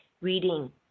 reading